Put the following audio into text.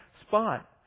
spot